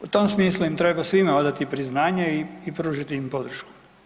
U tom smislu im treba svima odati priznanje i, i pružiti im podršku.